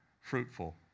fruitful